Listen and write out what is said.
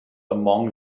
among